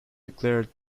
declared